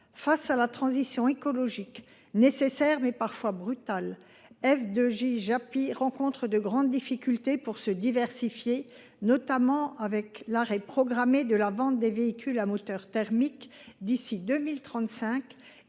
Face à la transition écologique, nécessaire, mais parfois brutale, F2J Japy rencontre de grandes difficultés pour se diversifier. En particulier, l’arrêt programmé de la vente des véhicules à moteur thermique d’ici à 2035